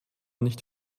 nicht